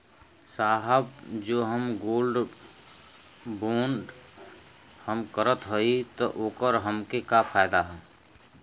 साहब जो हम गोल्ड बोंड हम करत हई त ओकर हमके का फायदा ह?